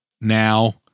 now